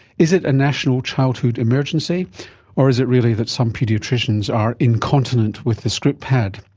is it a national childhood emergency or is it really that some paediatricians are incontinent with the script pad?